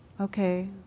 okay